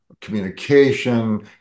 communication